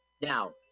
Now